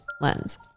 Lens